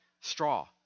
straw